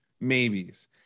maybes